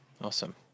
Awesome